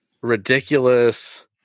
ridiculous